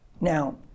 Now